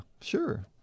sure